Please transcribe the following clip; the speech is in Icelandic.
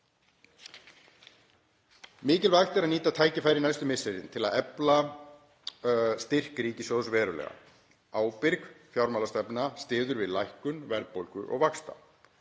Mikilvægt er að nýta tækifærið næstu misseri til að efla styrk ríkissjóðs verulega. Ábyrg fjármálastefna styður við lækkun verðbólgu og vaxta.